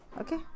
Okay